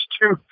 two